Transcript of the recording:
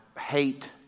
hate